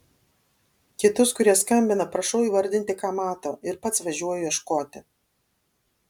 kitus kurie skambina prašau įvardinti ką mato ir pats važiuoju ieškoti